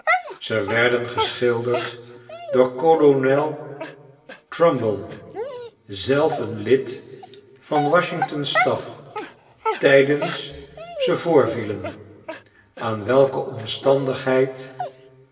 ze werdengeschilderd door kolonel trumbull zelf een lid van washingtons staf tijdens ze voorvielen aan welke omstandigheid